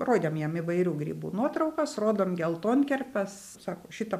rodėm jam įvairių grybų nuotraukas rodom geltonkerpes sako šitą